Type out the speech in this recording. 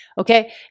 Okay